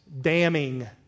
damning